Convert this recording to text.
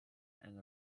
and